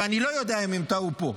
ואני לא יודע אם הם טעו פה.